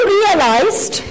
realized